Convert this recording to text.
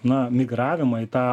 na migravimą į tą